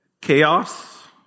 Chaos